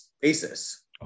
basis